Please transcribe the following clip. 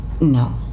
No